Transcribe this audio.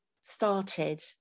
started